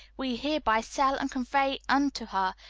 we hereby sell and convey unto her,